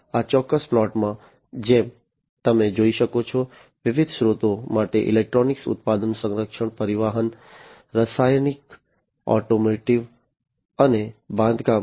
આ ચોક્કસ પ્લોટમાં જેમ તમે જોઈ શકો છો વિવિધ ક્ષેત્રો માટે ઇલેક્ટ્રોનિક્સ ઉત્પાદન સંરક્ષણ પરિવહન રાસાયણિક ઓટોમોટિવ અને બાંધકામ